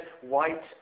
white